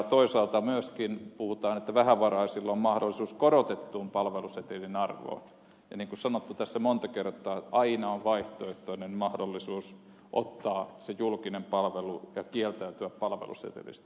toisaalta myöskin puhutaan että vähävaraisilla on mahdollisuus korotettuun palvelusetelin arvoon ja niin kuin on sanottu tässä monta kertaa aina on vaihtoehtoinen mahdollisuus ottaa se julkinen palvelu ja kieltäytyä palvelusetelistä